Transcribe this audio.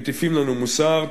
מטיפים לנו מוסר,